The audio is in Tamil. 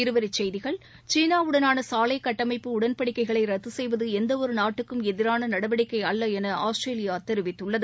இருவரிச்செய்திகள் சீனாவுடனாள சாலை கட்டமைப்பு உடன்படிக்கைகளை ரத்து செய்வது எந்த ஒரு நாட்டுக்கும் எதிரான நடவடிக்கை அல்ல என ஆஸ்திரேலியா தெரிவித்துள்ளது